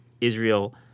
Israel—